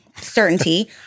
certainty